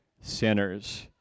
sinners